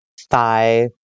thigh